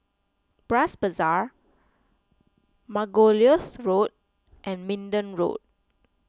Bras Basah Margoliouth Road and Minden Road